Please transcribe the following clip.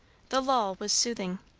the lull was soothing.